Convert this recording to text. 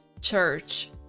church